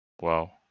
Wow